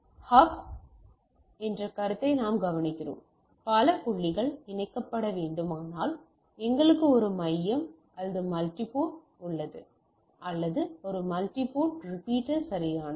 மேலும் ஹப் என்ற கருத்தை நாம் கவனிக்கிறோம் பல புள்ளிகள் இணைக்கப்பட வேண்டுமானால் எங்களுக்கு ஒரு மையம் அல்லது மல்டி போர்ட் உள்ளது அல்லது ஒரு மல்டி போர்ட் ரிப்பீட்டர் சரியானது